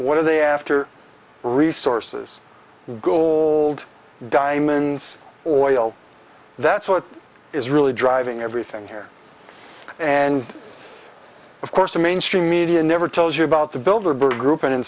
what are they after resources gold diamonds or oil that's what is really driving everything here and of course the mainstream media never tells you about the builder birth group and in